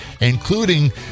including